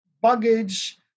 baggage